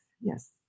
Yes